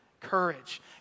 courage